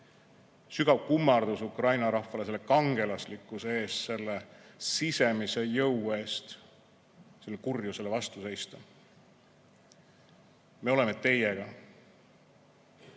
Sügav kummardus Ukraina rahvale selle kangelaslikkuse eest, selle sisemise jõu eest kurjusele vastu seista. Me oleme teiega.